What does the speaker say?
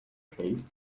case